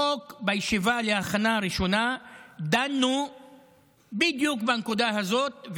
בישיבה להכנה לקריאה הראשונה דנו בדיוק בנקודה הזאת,